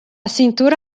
cintura